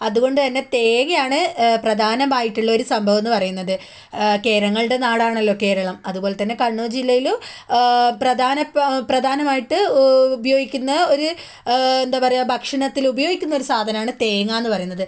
അത്കൊണ്ട് തന്നെ തേങ്ങയാണ് പ്രധാനമായിട്ടുള്ള ഒരു സംഭവമെന്ന് പറയുന്നത് കേരങ്ങളുടെ നാടാണല്ലോ കേരളം അത്പോലെ തന്നെ കണ്ണൂർ ജില്ലയിലും പ്രധാന പ പ്രധാനമായിട്ട് ഉപയോഗിക്കുന്ന ഒരു എന്താ പറയാ ഭക്ഷണത്തിൽ ഉപയോഗിക്കുന്ന ഒരു സാധനമാണ് തേങ്ങാന്ന് പറയുന്നത്